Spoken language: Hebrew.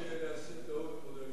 אבקש להסיר טעות.